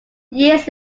years